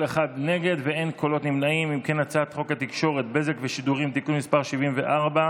חוק התקשורת (בזק ושידורים) (תיקון מס' 74),